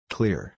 Clear